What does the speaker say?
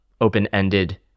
open-ended